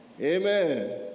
Amen